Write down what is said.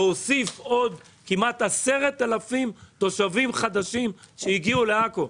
והוסיף עוד כמעט 10,000 תושבים חדשים שהגיעו לעכו,